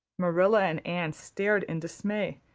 marilla and anne stared in dismay,